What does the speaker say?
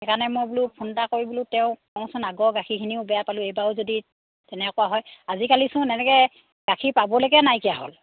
সেইকাৰণে মই বোলো ফোন এটা কৰি বোলো তেওঁ কওঁচোন আগৰ গাখীৰখিনিও বেয়া পালোঁ এইবাৰও যদি তেনেকুৱা হয় আজিকালিচোন এনেকৈ গাখীৰ পাবলৈকে নাইকিয়া হ'ল